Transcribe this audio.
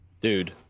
dude